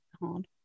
hard